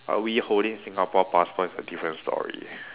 uh we holding Singapore passport is a different story